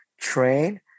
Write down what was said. train